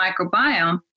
microbiome